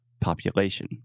population